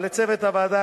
ולצוות הוועדה,